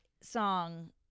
song